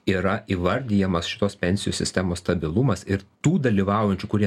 yra įvardijamas šitos pensijų sistemos stabilumas ir tų dalyvaujančių kurie